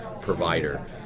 provider